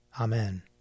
Amen